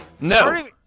No